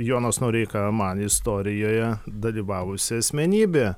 jonas noreika man istorijoje dalyvavusi asmenybė